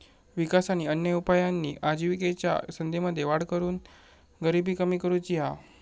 विकास आणि अन्य उपायांनी आजिविकेच्या संधींमध्ये वाढ करून गरिबी कमी करुची हा